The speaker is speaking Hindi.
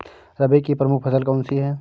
रबी की प्रमुख फसल कौन सी है?